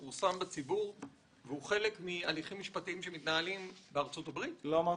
פורסם בציבור והוא חלק מהליכים משפטיים שמתנהלים בארצות הברית?